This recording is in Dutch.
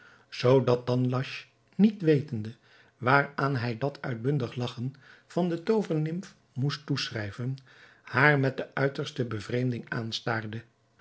zoodat danhasch niet wetende waaraan hij dat uitbundig lagchen van de toovernimf moest toeschrijven haar met de uiterste bevreemding aanstaarde